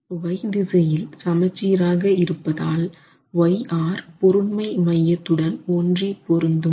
y திசையில் சமச்சீராக இருப்பதால் yR பொருண்மை மையத்துடன் ஒன்றிப் பொருந்தும்